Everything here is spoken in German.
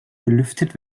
belüftet